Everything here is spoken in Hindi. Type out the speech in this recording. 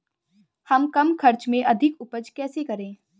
हम कम खर्च में अधिक उपज कैसे करें?